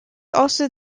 also